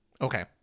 Okay